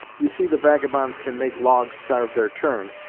you see the vagabonds can make logs sarve their turn,